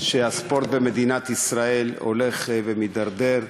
שהספורט במדינת ישראל הולך ומידרדר,